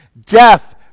death